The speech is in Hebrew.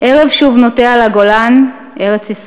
ערב שוב נוטה על הגולן/ ארץ-ישראל//